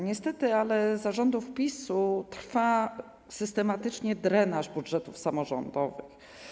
Niestety za rządów PiS-u trwa systematycznie drenaż budżetów samorządowych.